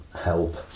help